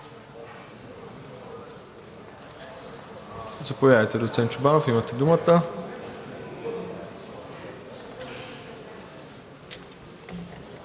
Заповядайте, доцент Чобанов, имате думата.